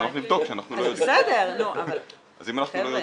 לבדוק שאנחנו לא יודעים.